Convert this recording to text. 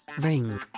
ring